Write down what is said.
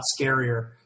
scarier